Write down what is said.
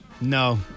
No